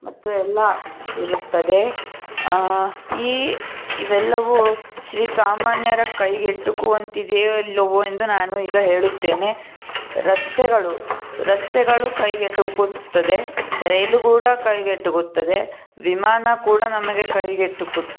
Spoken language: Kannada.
ಮತ್ತು ಎಲ್ಲ ಇರುತ್ತದೆ ಈ ಇವೆಲ್ಲವೂ ಶ್ರೀಸಾಮಾನ್ಯರ ಕೈಗೆಟುಕುವಂತಿದೆಯೋ ಇಲ್ಲವೋ ಎಂದು ನಾನು ಈಗ ಹೇಳುತ್ತೇನೆ ರಸ್ತೆಗಳು ರಸ್ತೆಗಳು ಕೈಗೆಟುಕುತ್ತದೆ ರೈಲು ಕೂಡ ಕೈಗೆಟುಕುತ್ತದೆ ವಿಮಾನ ಕೂಡ ನಮಗೆ ಕೈಗೆಟುಕು